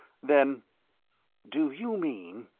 then do you mean,